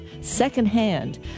secondhand